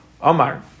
Omar